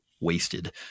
wasted